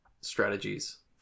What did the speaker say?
strategies